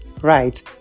right